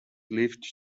lived